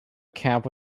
camp